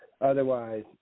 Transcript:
Otherwise